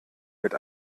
mit